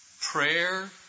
Prayer